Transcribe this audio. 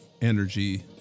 energy